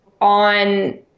on